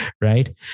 right